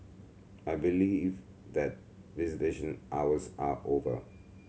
I believe that visitation hours are over